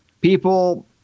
people